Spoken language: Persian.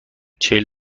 چهل